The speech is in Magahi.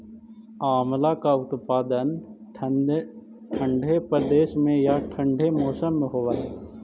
आंवला का उत्पादन ठंडे प्रदेश में या ठंडे मौसम में होव हई